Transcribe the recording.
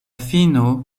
fino